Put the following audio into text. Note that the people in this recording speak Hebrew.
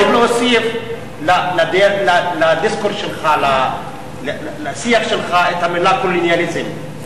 צריך להוסיף לשיח שלך את המלה "קולוניאליזם".